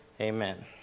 Amen